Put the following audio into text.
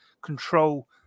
control